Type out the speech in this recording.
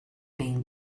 been